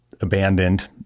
abandoned